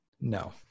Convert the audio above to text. no